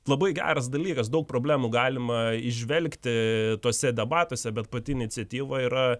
labai geras dalykas daug problemų galima įžvelgti tuose debatuose bet pati iniciatyva yra